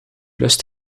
lust